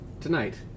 tonight